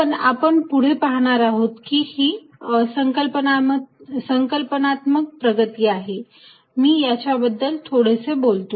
पण आपण पुढे पाहणार आहोत की हि संकल्पनात्मक प्रगती आहे मी याच्या बद्दल थोडेसे बोलतो